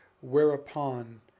whereupon